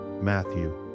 Matthew